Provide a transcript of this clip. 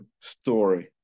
story